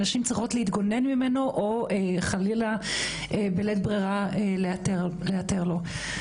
שנשים צריכות להתגונן ממנו או חלילה בלית ברירה להיתר לו.